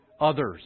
others